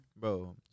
Bro